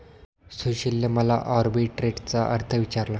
सुशीलने मला आर्बिट्रेजचा अर्थ विचारला